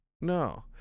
No